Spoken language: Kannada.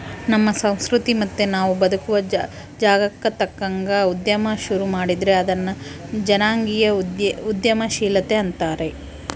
ನಮ್ಮ ಸಂಸ್ಕೃತಿ ಮತ್ತೆ ನಾವು ಬದುಕುವ ಜಾಗಕ್ಕ ತಕ್ಕಂಗ ಉದ್ಯಮ ಶುರು ಮಾಡಿದ್ರೆ ಅದನ್ನ ಜನಾಂಗೀಯ ಉದ್ಯಮಶೀಲತೆ ಅಂತಾರೆ